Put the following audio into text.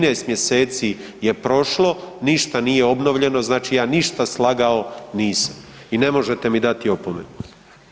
13 mjeseci je prošlo, ništa nije obnovljeno, znači ja ništa slagao nisam i ne možete mi dati opomenu.